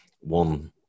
one